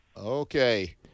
Okay